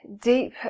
deep